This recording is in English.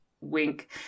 Wink